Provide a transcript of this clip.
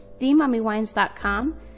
themummywines.com